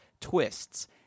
twists